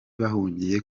bahungiye